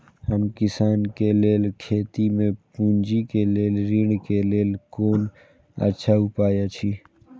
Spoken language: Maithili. हम किसानके लेल खेती में पुंजी के लेल ऋण के लेल कोन अच्छा उपाय अछि?